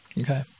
Okay